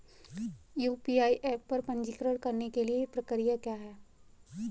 UPI app पर पंजीकरण करने की प्रक्रिया क्या है?